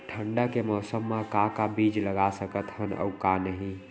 ठंडा के मौसम मा का का बीज लगा सकत हन अऊ का नही?